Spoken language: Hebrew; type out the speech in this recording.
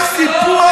סיפוח.